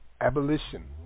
Abolition